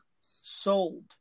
sold